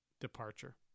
departure